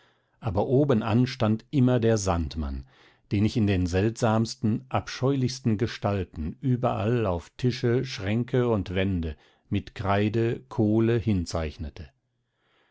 aber obenan stand immer der sandmann den ich in den seltsamsten abscheulichsten gestalten überall auf tische schränke und wände mit kreide kohle hinzeichnete